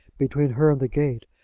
between her and the gate,